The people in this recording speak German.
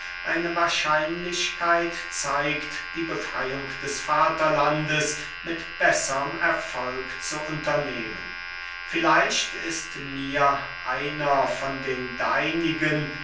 eine wahrscheinlichkeit zeigt die befreyung des vaterlandes mit besserm erfolg zu unternehmen vielleicht ist mir einer von den deinigen